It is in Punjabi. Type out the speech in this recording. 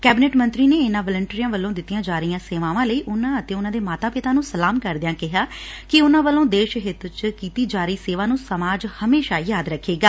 ਕੈਬਨਿਟ ਮੰਤਰੀ ਨੇ ਇਨੂਾ ਵਲੰਟੀਅਰਾਂ ਵਲੋ ਦਿੱਤੀਆਂ ਜਾ ਰਹੀਆਂ ਸੇਵਾਵਾਂ ਲਈ ਉਨੂਾਂ ਅਰੇ ਉਨੂਾਂ ਦੇ ਮਾਤਾ ਪਿਤਾ ਨੂੰ ਸਲਾਮ ਕਰਦਿਆਂ ਕਿਹਾ ਕਿ ਉਨੂਾਂ ਦੁਆਰਾ ਦੇਸ਼ ਹਿੱਤ 'ਚ ਕੀਤੀ ਜਾ ਰਹੀ ਸੇਵਾ ਨੂੰ ਸਮਾਜ ਹਮੇਸ਼ਾ ਯਾਦ ਰੱਖੇਗਾ